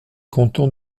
canton